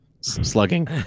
Slugging